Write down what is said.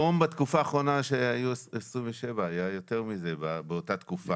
היום כ"א באדר א' התשפ"ב,